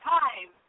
time